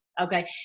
okay